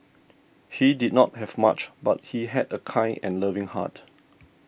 he did not have much but he had a kind and loving heart